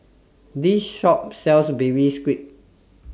This Shop sells Baby Squid